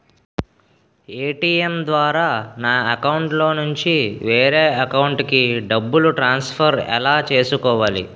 ATM ద్వారా నా అకౌంట్లోనుంచి వేరే అకౌంట్ కి డబ్బులు ట్రాన్సఫర్ ఎలా చేసుకోవాలి?